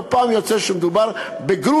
לא פעם יוצא שמדובר בגרושים,